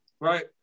right